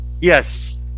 Yes